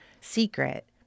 secret